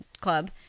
Club